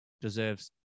deserves